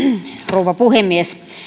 rouva puhemies